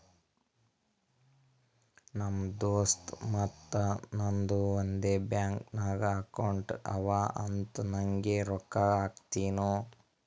ನಮ್ ದೋಸ್ತ್ ಮತ್ತ ನಂದು ಒಂದೇ ಬ್ಯಾಂಕ್ ನಾಗ್ ಅಕೌಂಟ್ ಅವಾ ಅಂತ್ ನಂಗೆ ರೊಕ್ಕಾ ಹಾಕ್ತಿನೂ